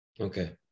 Okay